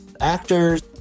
Actors